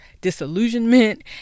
disillusionment